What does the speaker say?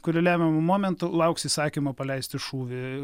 kuri lemiamu momentu lauks įsakymo paleisti šūvį